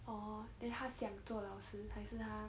orh then 她想做老师还是她